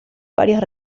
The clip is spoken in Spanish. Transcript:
varias